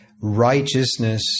righteousness